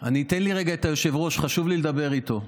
תן לי רגע את היושב-ראש, חשוב לי לדבר איתו.